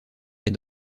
est